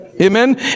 Amen